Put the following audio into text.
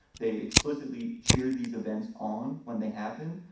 they explicitly cheered these events on when they happen.